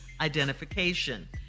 identification